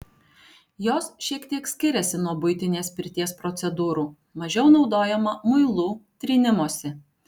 jos šiek tiek skiriasi nuo buitinės pirties procedūrų mažiau naudojama muilų trynimosi